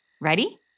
Ready